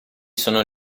sono